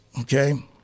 okay